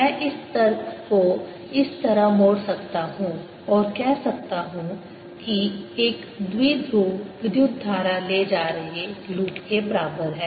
मैं इस तर्क कोइस तरह मोड़ सकता हूं और कह सकता हूं कि एक द्विध्रुव विद्युत धारा ले जा रहे लूप के बराबर है